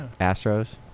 Astros